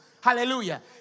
Hallelujah